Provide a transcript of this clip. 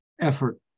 effort